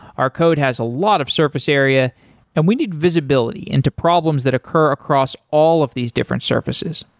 our code has a lot of surface area and we need visibility into problems that occur across all of these different surfaces.